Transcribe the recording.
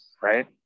Right